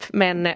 men